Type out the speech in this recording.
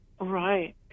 right